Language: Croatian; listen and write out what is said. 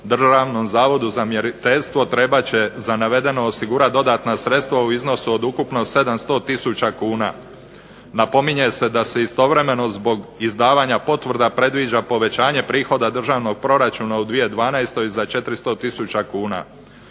Državnom zavodu za mjeriteljstvo trebat će za navedeno osigurati dodatna sredstva u iznosu od ukupno 700 tisuća kuna. Napominje se da se istovremeno zbog izdavanja potvrda predviđa povećanje prihoda državnog proračuna u 2012. za 400 tisuća kuna.